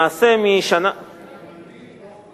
גם אני לא